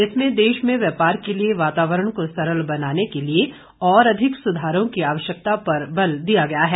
इसमें देश में व्यापार के लिए वातावरण को सरल बनाने के लिए और अधिक सुधारों की आवश्यकता पर बल दिया गया है